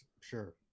sure